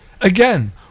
Again